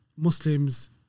Muslims